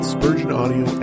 SpurgeonAudio